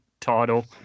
title